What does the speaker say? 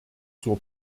zur